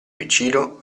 piccino